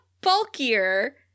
bulkier